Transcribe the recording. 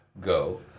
go